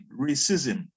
racism